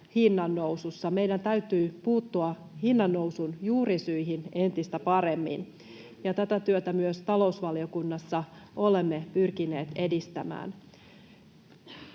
hinnannousussa. Meidän täytyy puuttua hinnannousun juurisyihin entistä paremmin, ja tätä työtä myös talousvaliokunnassa olemme pyrkineet edistämään.